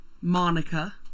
Monica